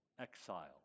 exile